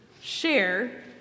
Share